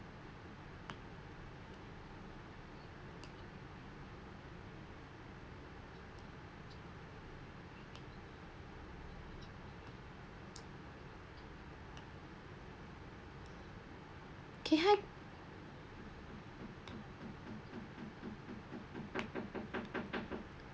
can I